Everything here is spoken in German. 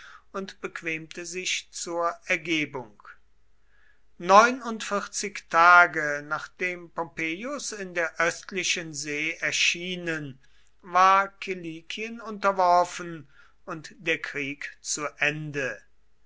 und bequemte sich zur ergebung neunundvierzig tage nachdem pompeius in der östlichen see erschienen war kilikien unterworfen und der krieg zu ende